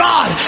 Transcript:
God